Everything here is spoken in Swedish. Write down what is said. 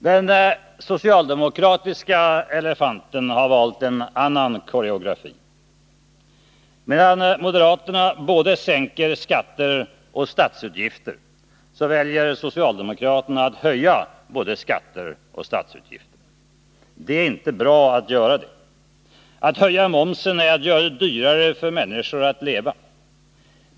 Den socialdemokratiska elefanten har valt en annan koreografi. Medan moderaterna sänker både skatter och statsutgifter vill socialdemokraterna höja både skatter och statsutgifter. Men det är inte bra att göra det. Att höja momsen är att göra det dyrare för människorna att leva.